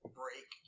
break